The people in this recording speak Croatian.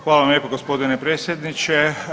Hvala vam lijepo g. predsjedniče.